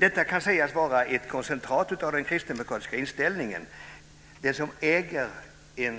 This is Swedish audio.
Detta kan sägas vara ett koncentrat av den kristdemokratiska inställningen.